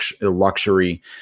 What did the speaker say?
luxury